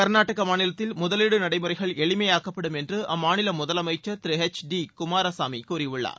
கர்நாடக மாநிலத்தில் முதலீடு நடைமுறைகள் எளிமையாக்கப்படும் என்று அம்மாநில முதலமைச்சர் திரு எச் டி குமாரசாமி கூறியுள்ளார்